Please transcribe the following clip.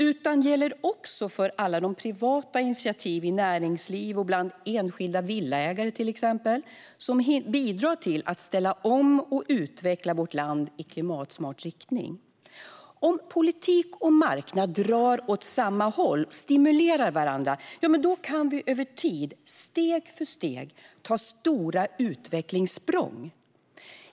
Den gäller också för alla de privata initiativ, till exempel i näringsliv och bland enskilda villaägare, som bidrar till att ställa om och utveckla vårt land i klimatsmart riktning. Om politik och marknad drar åt samma håll och stimulerar varandra kan vi över tid, steg för steg, ta stora utvecklingssprång.